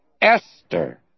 Esther